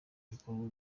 bikorwa